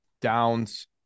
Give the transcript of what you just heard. Downs